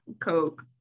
Coke